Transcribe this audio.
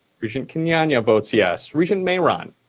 regent kenyanya votes yes. regent mayeron?